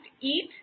eat